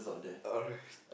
alright